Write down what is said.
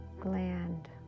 gland